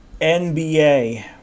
NBA